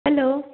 hello